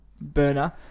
burner